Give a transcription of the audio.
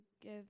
give